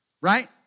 Right